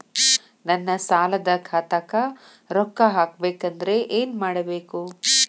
ನನ್ನ ಸಾಲದ ಖಾತಾಕ್ ರೊಕ್ಕ ಹಾಕ್ಬೇಕಂದ್ರೆ ಏನ್ ಮಾಡಬೇಕು?